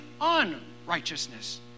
unrighteousness